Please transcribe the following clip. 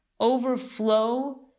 overflow